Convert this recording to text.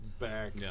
back